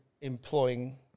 employing